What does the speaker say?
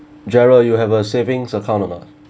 gerald you have a savings account or not